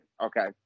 okay